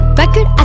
record